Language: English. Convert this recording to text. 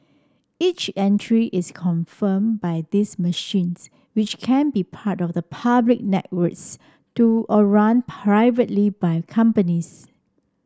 each entry is confirmed by these machines which can be part of the public networks do or run privately by companies